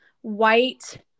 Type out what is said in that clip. white